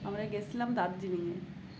আমরা গিয়েছিলাম দার্জিলিংয়ে